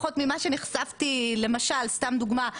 לפחות ממה שנחשפתי סתם לדוגמה,